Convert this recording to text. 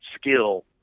skill